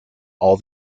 all